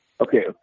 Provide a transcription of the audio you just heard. Okay